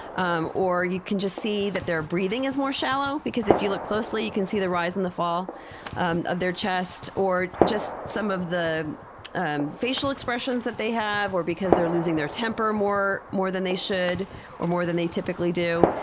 um or you can just see that their breathing is more shallow because if you look closely you can see the rise or and the fall of their chest, or just some of the um facial expressions they have, or because they're losing their temper more more than they should or more than they typically do,